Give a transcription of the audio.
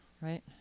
right